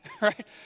right